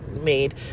made